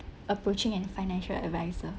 approaching an financial adviser